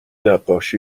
نقاشی